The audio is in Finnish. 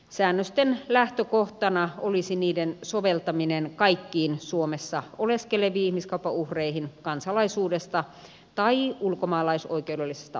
säännösten lähtökohtana olisi niiden soveltaminen kaikkiin suomessa oleskeleviin ihmiskaupan uhreihin kansalaisuudesta tai ulkomaalaisoikeudellisesta asemasta riippumatta